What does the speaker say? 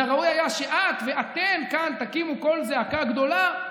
ומן הראוי היה שאת ואתם תקימו כאן קול זעקה גדולה.